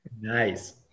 Nice